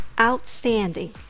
Outstanding